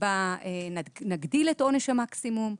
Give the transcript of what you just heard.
שנגדיל את עונש המקסימום.